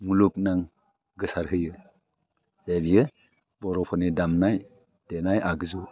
मुलुमनां गोसार होयो जे बियो बर'फोरनि दामनाय देनाय आगजु